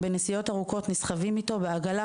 בנסיעות ארוכות אנחנו נסחבים איתו בעגלה,